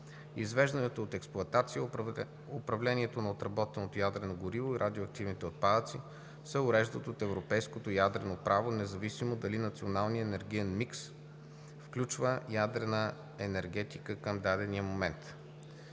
Извеждането от експлоатация, управлението на отработеното ядрено гориво и радиоактивните отпадъци се уреждат от европейското ядрено право, независимо дали националният енергиен микс включва ядрена енергетика към дадения момент.